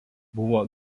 buvo